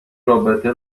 رابطه